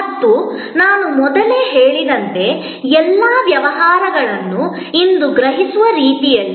ಮತ್ತು ನಾನು ಮೊದಲೇ ಹೇಳಿದಂತೆ ಎಲ್ಲಾ ವ್ಯವಹಾರಗಳನ್ನು ಇಂದು ಗ್ರಹಿಸುವ ರೀತಿಯಲ್ಲಿ